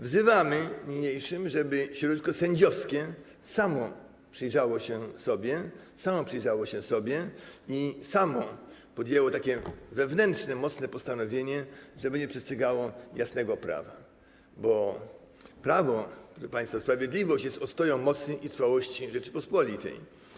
Wzywamy niniejszym, żeby środowisko sędziowskie samo przyjrzało się sobie i samo podjęło takie wewnętrzne mocne postanowienie, że będzie przestrzegało jasnego prawa, bo prawo, proszę państwa, sprawiedliwość jest ostoją mocy i trwałości Rzeczypospolitej.